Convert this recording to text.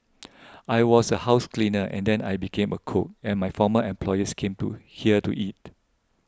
I was a house cleaner and then I became a cook and my former employers came to here to eat